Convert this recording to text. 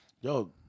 Yo